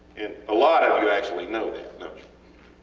and a lot of you actually know know